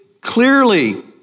clearly